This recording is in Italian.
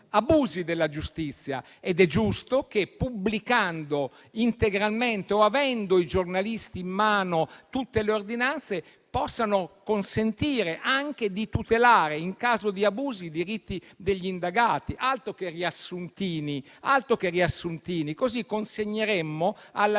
abusi della giustizia ed è giusto che pubblicando integralmente, o avendo i giornalisti in mano tutte le ordinanze, possano consentire anche di tutelare, in caso di abusi, i diritti degli indagati. Altro che riassuntini, così invece consegneremmo alla discrezionalità